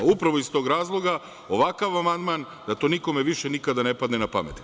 Upravo iz tog razloga, ovakav amandman, da to nikome više nikad ne padne na pamet.